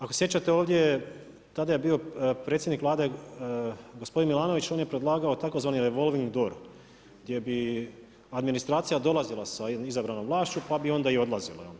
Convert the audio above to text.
Ako se sjećate ovdje, tada je bio predsjednik vlade gospodin Milanović, on je predlagao tzv. revolving door gdje bi administracija dolazila sa izabranom vlašću pa bi onda i odlazila.